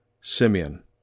Simeon